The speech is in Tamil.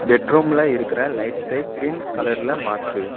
பெட்ரூமில் இருக்கிற லைட்ஸை கிரீன் கலரில் மாற்று